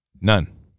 None